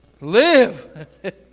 Live